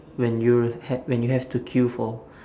when you had when you have to queue for